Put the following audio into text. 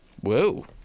Whoa